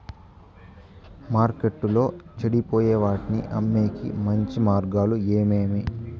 మార్కెట్టులో చెడిపోయే వాటిని అమ్మేకి మంచి మార్గాలు ఏమేమి